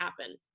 happen